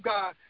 God